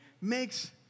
makes